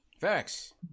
Facts